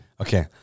Okay